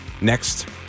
next